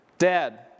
Dad